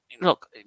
look